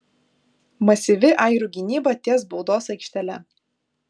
masyvi airių gynyba ties baudos aikštele